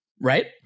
right